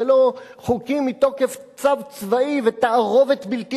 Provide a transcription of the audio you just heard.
ולא חוקים מתוקף צו צבאי ותערובת בלתי